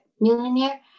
millionaire